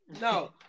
No